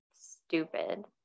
stupid